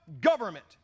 government